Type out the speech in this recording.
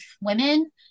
women